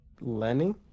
Lenny